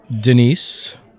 Denise